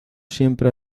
siempre